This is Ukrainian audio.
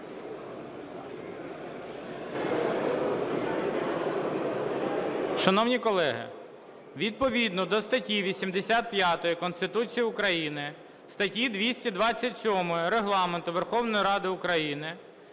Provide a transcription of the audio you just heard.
Шановні колеги, відповідно до статті 85 Конституції України, статті 227 Регламенту Верховної Ради України